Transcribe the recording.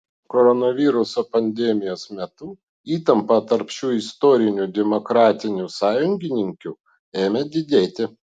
koronaviruso pandemijos metu įtampa tarp šių istorinių demokratinių sąjungininkių ėmė didėti